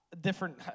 Different